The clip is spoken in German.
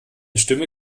stimme